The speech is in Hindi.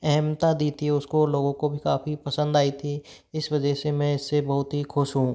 अहमता दी थी उसको लोगों को भी काफी पसंद आई थी इस वजह से मैं इससे बहुत ही खुश हूँ